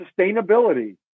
sustainability